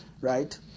right